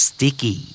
Sticky